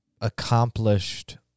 accomplished